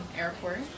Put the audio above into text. airport